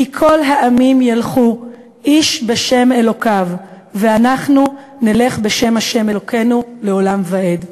כי כל העמים ילכו איש בשם אלוקיו ואנחנו נלך בשם ה' אלוקינו לעולם ועד".